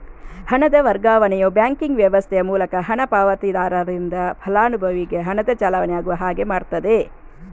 ಹಣದ ವರ್ಗಾವಣೆಯು ಬ್ಯಾಂಕಿಂಗ್ ವ್ಯವಸ್ಥೆಯ ಮೂಲಕ ಹಣ ಪಾವತಿದಾರರಿಂದ ಫಲಾನುಭವಿಗೆ ಹಣದ ಚಲಾವಣೆ ಆಗುವ ಹಾಗೆ ಮಾಡ್ತದೆ